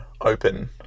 open